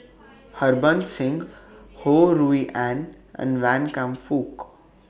Harbans Singh Ho Rui An and Wan Kam Fook